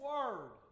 Word